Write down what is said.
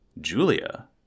Julia